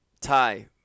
tie